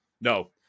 no